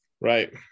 right